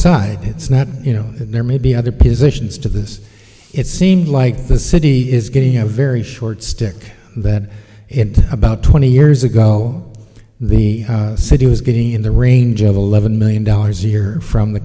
side it's not you know there may be other positions to this it seemed like the city is getting a very short stick that about twenty years ago the city was getting in the range of eleven million dollars a year from the